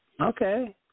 Okay